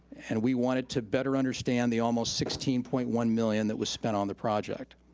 and we wanted to better understand the almost sixteen point one million that was spent on the project.